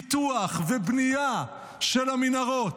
פיתוח ובנייה של המנהרות,